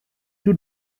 two